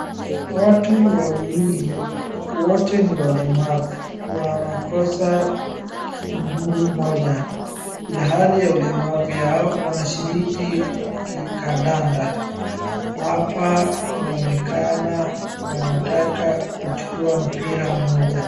Watu wawili wote ni walemavu. Wanakosa mguu moja, ilhali ya ulemavu yao wanashiriki ki kadada. Hapa inaonekana wanataka kuchukua mpira moja.